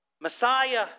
Messiah